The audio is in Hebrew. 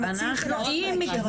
בעייתי.